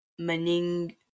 Mening